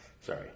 sorry